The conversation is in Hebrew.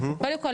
קודם כל,